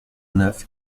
neuf